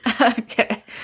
okay